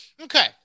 Okay